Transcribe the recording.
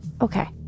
Okay